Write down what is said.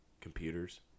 computers